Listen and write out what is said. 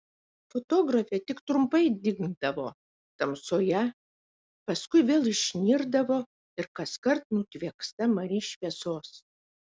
fotografė tik trumpai dingdavo tamsoje paskui vėl išnirdavo ir kaskart nutvieksta mari šviesos